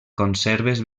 conserves